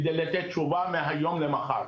על מנת לתת תשובה מהיום למחר,